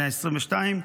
בני ה-22,